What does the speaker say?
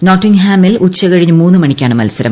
നോട്ടിംഗ്ഹാമിൽ ഉച്ചകഴിഞ്ഞ് മൂന്ന് മണിക്കാണ് മത്സരം